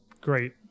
Great